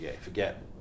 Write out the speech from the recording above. Forget